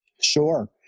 Sure